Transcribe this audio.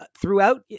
throughout